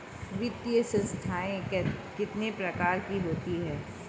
वित्तीय संस्थाएं कितने प्रकार की होती हैं?